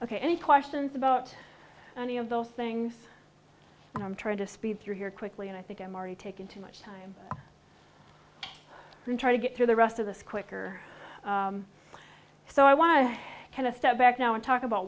ok any questions about any of those things and i'm trying to speed through here quickly and i think i'm already taken too much time to try to get through the rest of this quicker so i was kind of step back now and talk about